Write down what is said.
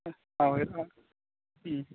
ஆ அவ ஆ ம்